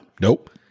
nope